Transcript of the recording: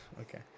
Okay